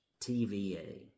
TVA